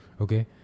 okay